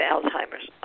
Alzheimer's